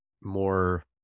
more